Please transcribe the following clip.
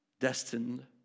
Destined